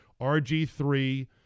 RG3